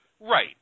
Right